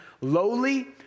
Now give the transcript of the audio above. lowly